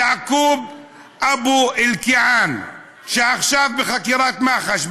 יעקוב אבו אלקיעאן, עכשיו בחקירת מח"ש.